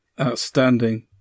Outstanding